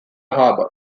harbour